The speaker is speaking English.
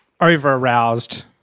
over-aroused